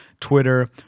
Twitter